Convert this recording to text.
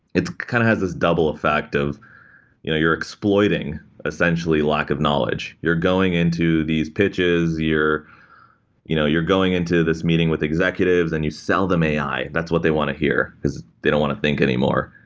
it's kind of has this double effect of you know you're exploiting essentially lack of knowledge. you're going into these pitches. you're you know you're going into this meeting with the executives and you sell them ai. that's what they want to hear, because they don't want to think anymore.